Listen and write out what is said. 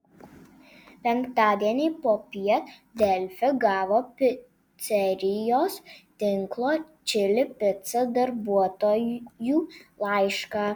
penktadienį popiet delfi gavo picerijos tinklo čili pica darbuotojų laišką